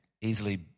easily